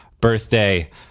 birthday